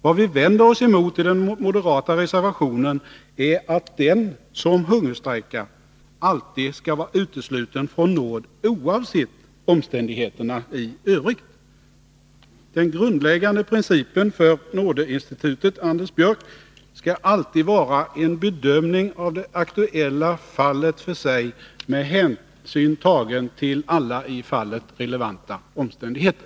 Vad vi vänder oss mot i den moderata reservationen är att den som hungerstrejkar alltid skall uteslutas från nåd oavsett omständigheterna i övrigt. Den grundläggande principen för nådeinstitutet, Anders Björck, skall alltid vara en bedömning av det aktuella fallet för sig med hänsyn tagen till alla i fallet relevanta omständigheter.